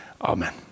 amen